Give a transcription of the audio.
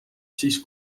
siis